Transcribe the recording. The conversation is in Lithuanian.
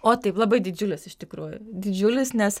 o taip labai didžiulis iš tikrųjų didžiulis nes